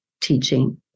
teaching